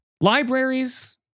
Libraries